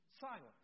silent